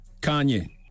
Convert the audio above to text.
Kanye